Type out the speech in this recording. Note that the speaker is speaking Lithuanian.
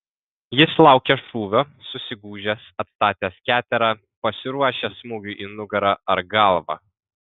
jis laukia šūvio susigūžęs atstatęs keterą pasiruošęs smūgiui į nugarą ar galvą